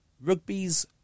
Rugby's